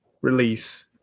release